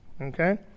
Okay